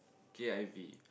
k_i_v